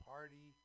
Party